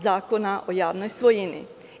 Zakona o javnoj svojini?